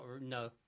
No